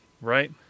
Right